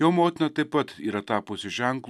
jo motina taip pat yra tapusi ženklu